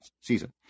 season